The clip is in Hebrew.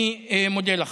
אני מודה לך.